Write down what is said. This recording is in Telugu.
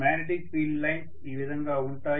మాగ్నెటిక్ ఫీల్డ్ లైన్స్ ఈ విధంగా ఉంటాయి